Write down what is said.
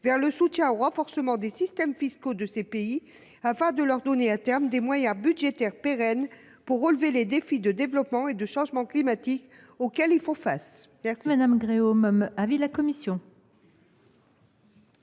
vers le soutien au renforcement des systèmes fiscaux de ces pays afin de leur donner des moyens budgétaires pérennes pour relever les défis liés au développement et au changement climatique auxquels ils doivent faire